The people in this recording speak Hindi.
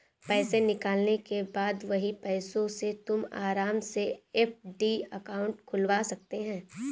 पैसे निकालने के बाद वही पैसों से तुम आराम से एफ.डी अकाउंट खुलवा सकते हो